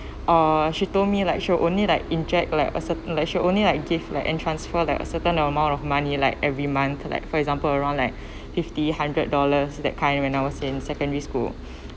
uh she told me like she will only like inject like a certain like she'll only like give like and transfer like a certain amount of money like every month like for example around like fifty hundred dollars that kind when I was in secondary school